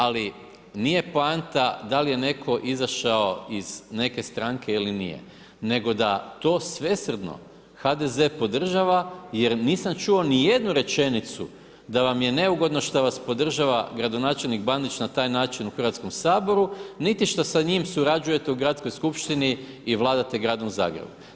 Ali, nije poanta da li je netko izašao iz neke stranke ili nije nego da to svesrdno HDZ podržava jer nisam čuo ni jednu rečenicu da vam je neugodno što vas podržava gradonačelnik Bandić na taj način u Hrvatskom saboru, niti što sa njim surađujete u Gradskoj skupštini i vladate gradom Zagrebom.